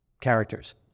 characters